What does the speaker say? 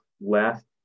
last